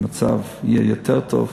המצב יהיה יותר טוב,